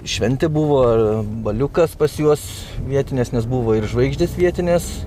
šventė buvo ar baliukas pas juos vietinės nes buvo ir žvaigždės vietinės